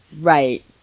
Right